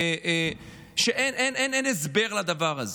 אין הסבר לדבר הזה.